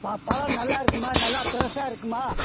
ஆ பழம் நல்லா இருக்குமா நல்லா ப்ரஸ்ஸாக இருக்குமா